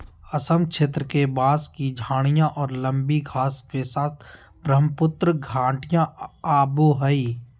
असम क्षेत्र के, बांस की झाडियाँ और लंबी घास के साथ ब्रहमपुत्र घाटियाँ आवो हइ